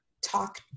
talk